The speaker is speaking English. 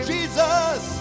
Jesus